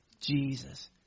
Jesus